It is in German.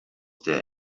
der